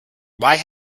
why